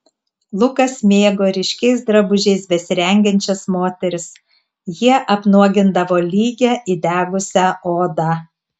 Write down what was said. lukas mėgo ryškiais drabužiais besirengiančias moteris jie apnuogindavo lygią įdegusią odą